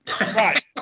Right